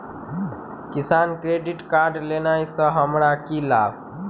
किसान credit card लेला सऽ हमरा की लाभ?